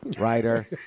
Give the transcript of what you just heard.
writer